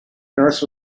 nurse